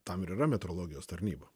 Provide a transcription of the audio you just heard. tam ir yra metrologijos tarnyba